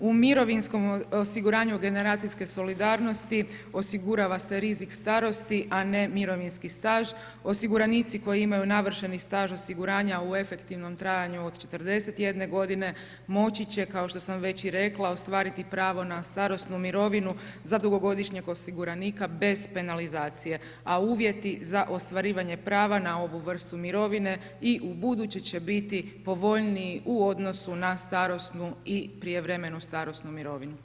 U mirovinskom osiguranju generacijske solidarnosti, osigurava se rizik starosti, a ne mirovinski staž, osiguranici koji imaju navršeni staž osiguranja u efektivnom trajanju od 41 godine, moći će, kao što sam već i rekla, ostvariti pravo na starosnu mirovinu za dugogodišnjeg osiguranika bez penalizacije, a uvjeti za ostvarivanje prava na ovu vrstu mirovine i ubuduće će biti povoljniji u odnosu na starosnu i prijevremenu starosnu mirovinu.